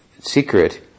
secret